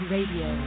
Radio